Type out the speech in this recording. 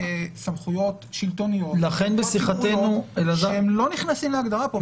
סמכויות שלטוניות והם לא נכנסים להגדרה כאן.